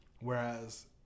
whereas